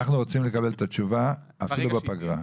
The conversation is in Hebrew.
אנחנו רוצים לקבל את התשובה אפילו בפגרה.